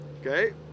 Okay